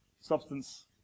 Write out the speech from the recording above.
Substance